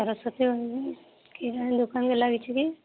ସରସ୍ଵତୀ ଦୋକାନକୁ ଲାଗିଛି କି